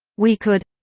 we could.